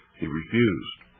he refused.